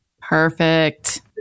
Perfect